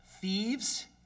thieves